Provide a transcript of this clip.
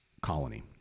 colony